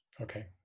Okay